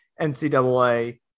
NCAA